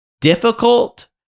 difficult